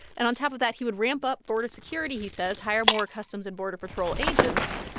and on top of that, he would ramp up border security, he says, hire more customs and border patrol agents.